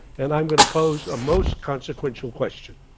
and i'm going to pose a most consequential question.